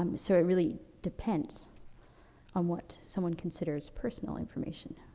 um so it really depends on what someone considers personal information,